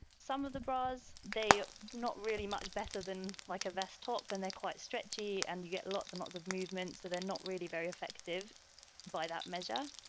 some of the bras, they not really much better than like a vest top and they're quite stretchy and you get lots and lots of movement. so they're not really very effective by that measure.